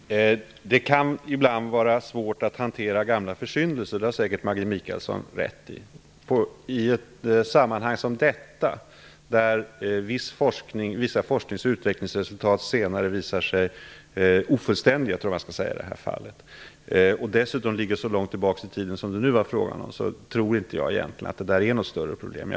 Herr talman! Det kan ibland vara svårt att hantera gamla försyndelser; det har säkert Maggi Mikaelsson rätt i. I ett sammanhang som detta, där vissa forsknings och utvecklingsresultat senare visar sig - tror jag man i det här fallet skall säga - vara ofullständiga, och dessutom ligger så långt tillbaka i tiden som det nu var frågan om, så tror inte jag egentligen att det är något större problem.